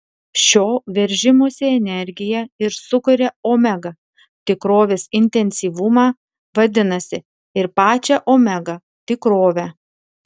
šio veržimosi energija ir sukuria omega tikrovės intensyvumą vadinasi ir pačią omega tikrovę